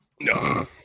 No